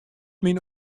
myn